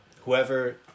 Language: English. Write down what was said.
Whoever